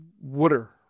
Water